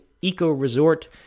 eco-resort